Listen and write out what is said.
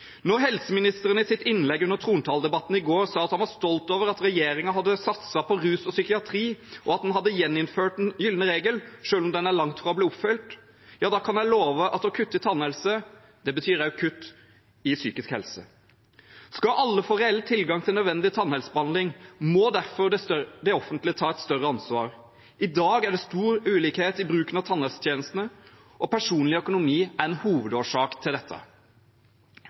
Når helseministeren i sitt innlegg i trontaledebatten i går sa han var stolt over at regjeringen hadde satset på rus og psykiatri, og at en hadde gjeninnført den gylne regel, selv om den er langt fra å bli oppfylt, kan jeg love at å kutte i tannhelse betyr også kutt i psykisk helse. Skal alle få reell tilgang til nødvendig tannhelsebehandling, må derfor det offentlige ta et større ansvar. I dag er det stor ulikhet i bruken av tannhelsetjenestene, og personlig økonomi er en hovedårsak til dette.